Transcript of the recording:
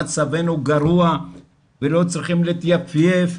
מצבנו גרוע ולא צריך להתייפייף.